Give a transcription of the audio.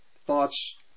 thoughts